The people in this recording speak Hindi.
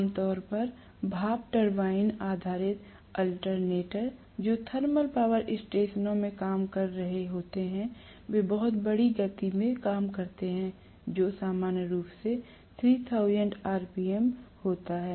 आम तौर पर भाप टरबाइन आधारित अल्टरनेटर जो थर्मल पावर स्टेशनों में काम कर रहे होते हैं वे बहुत बड़ी गति से काम करते हैं जो सामान्य रूप से 3000 आरपीएम होता है